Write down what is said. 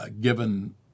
given